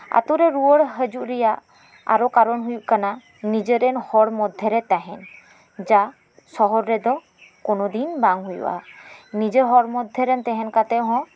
ᱟᱛᱩ ᱨᱮ ᱨᱩᱣᱟᱹᱲ ᱦᱟᱡᱩᱜ ᱨᱮᱭᱟᱜ ᱟᱨᱚ ᱠᱟᱨᱚᱱ ᱦᱩᱭᱩᱜ ᱠᱟᱱᱟ ᱱᱤᱡᱮᱨᱮᱱ ᱦᱚᱲ ᱢᱚᱫᱽᱫᱷᱮᱨᱮ ᱛᱟᱦᱮᱸᱱ ᱡᱟ ᱥᱚᱦᱚᱨ ᱨᱮᱫᱚ ᱠᱚᱱᱚ ᱫᱤᱱ ᱵᱟᱝ ᱦᱩᱭᱩᱜᱼᱟ ᱱᱤᱡᱮ ᱦᱚᱲ ᱢᱚᱫᱽᱫᱷᱮᱨᱮ ᱛᱟᱦᱮᱸᱱ ᱠᱟᱛᱮ ᱦᱚᱸ